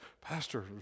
Pastor